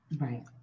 right